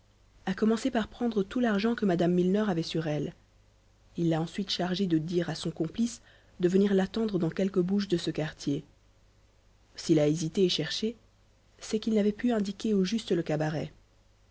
a commencé par prendre tout l'argent que mme milner avait sur elle il l'a ensuite chargée de dire à son complice de venir l'attendre dans quelque bouge de ce quartier s'il a hésité et cherché c'est qu'il n'avait pu indiquer au juste le cabaret